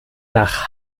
nach